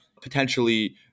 potentially